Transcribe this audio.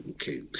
Okay